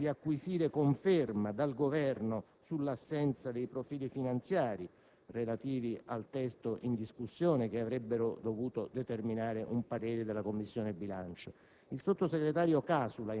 ha sottolineato l'opportunità di acquisire conferma dal Governo sull'assenza dei profili finanziari relativi al testo in discussione che avrebbero dovuto determinare un parere della Commissione bilancio. Il sottosegretario Antonangelo